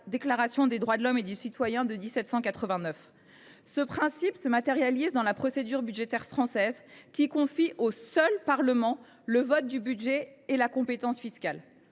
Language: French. Déclaration des droits de l’homme et du citoyen de 1789. Ce principe se matérialise dans la procédure budgétaire française, qui tend à confier au seul Parlement le vote du budget et la compétence fiscale.